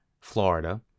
Florida